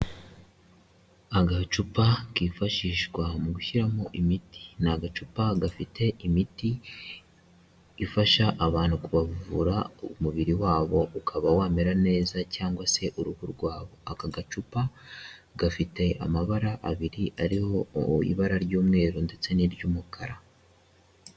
Agacupa kifashishwa mu gushyiramo imiti, ni agacupa gafite imiti ifasha abantu kubavura umubiri wabo ukaba wamera neza cyangwa se uruhu rwabo, aka gacupa gafite amabara abiri ariho ibara ry'umweru ndetse n'iry'umukara.